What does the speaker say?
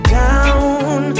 down